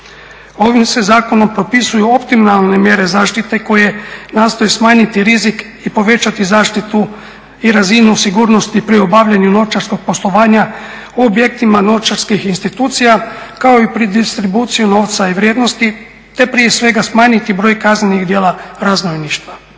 Ovim se zakonom propisuju optimalne mjere zaštite koje nastoje smanjiti rizik i povećati zaštitu i razinu sigurnosti pri obavljanju novčarskog poslovanja u objektima novčarskih institucija kao i pri distribuciji novca i vrijednosti te prije svega smanjiti broj kaznenih djela razbojništva.